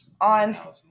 on